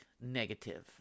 negative